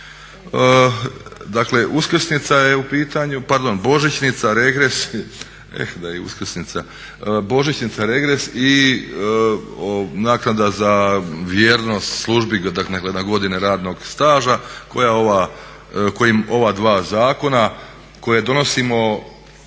da je i uskrsnica, božićnica, regres i naknada za vjernost službi dakle na godine radnog staža kojim ova dva zakona koje donosimo